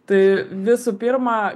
tai visų pirma